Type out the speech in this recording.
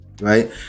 Right